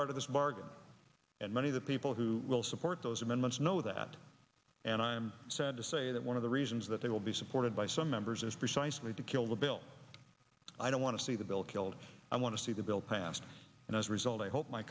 heart of this bargain and many of the people who will support those amendments know that and i'm sad to say that one of the reasons that they will be supported by some members is precisely to kill the bill i don't want to see the bill killed i want to see the bill passed and as a result i hope my